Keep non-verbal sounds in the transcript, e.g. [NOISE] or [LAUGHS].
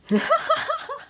[LAUGHS]